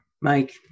Mike